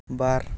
ᱵᱟᱨ